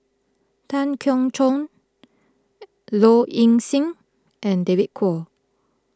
Tan Keong Choon Low Ing Sing and David Kwo